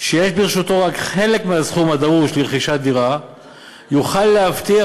שיש ברשותו רק חלק מהסכום הדרוש לרכישת דירה יוכל להבטיח,